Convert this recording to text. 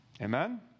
Amen